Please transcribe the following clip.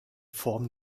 form